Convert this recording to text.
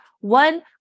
one